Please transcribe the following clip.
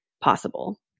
possible